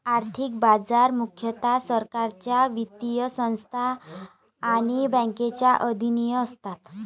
आर्थिक बाजार मुख्यतः सरकारच्या वित्तीय संस्था आणि बँकांच्या अधीन असतात